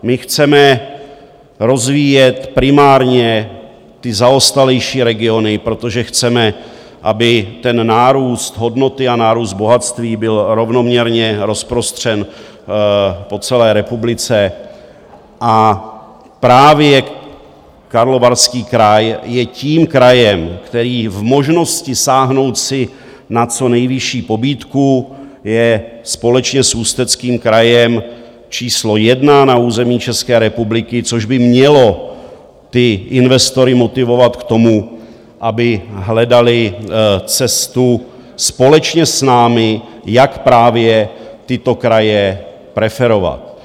My chceme rozvíjet primárně zaostalejší regiony, protože chceme, aby nárůst hodnoty a nárůst bohatství byl rovnoměrně rozprostřen po celé republice, a právě Karlovarský kraj je tím krajem, který v možnosti sáhnout si na co nejvyšší pobídku, je společně s Ústeckým krajem číslo 1 na území České republiky, což by mělo investory motivovat k tomu, aby hledali cestu společně s námi, jak právě tyto kraje preferovat.